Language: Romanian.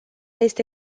este